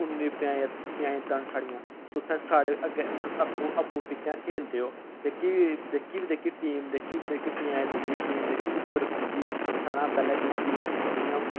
उन्नी पचांयतां न साढ़ियां ते उत्थै सारे आपूं बिच्चें खेढदे ओह् जेह्की जेह्की टीम जेह्की जेह्की पचांयत दी टीम जेह्की उप्पर पुज्जी गेई सारें शा पैहलें जित्ती गेई